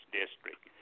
district